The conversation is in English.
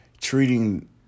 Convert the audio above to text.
treating